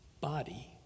body